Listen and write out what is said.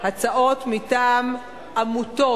הצעות מטעם עמותות.